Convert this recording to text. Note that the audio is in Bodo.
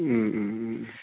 उम उम उम